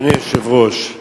אדוני היושב-ראש,